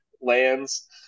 lands